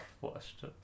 watched